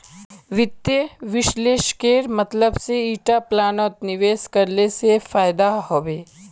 वित्त विश्लेषकेर मतलब से ईटा प्लानत निवेश करले से फायदा हबे